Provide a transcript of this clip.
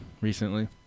recently